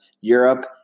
Europe